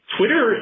Twitter